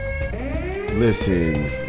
Listen